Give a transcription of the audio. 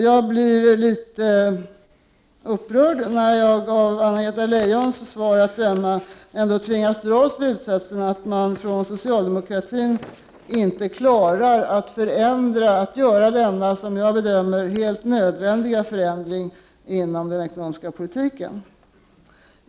Jag blir litet upprörd när jag av Anna-Greta Leijons svar att döma ändå tvingas dra slutsatsen att socialdemokraterna inte klarar av att göra denna, som jag bedömer det, helt nödvändiga förändring inom den, ekonomiska politiken.